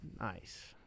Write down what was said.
Nice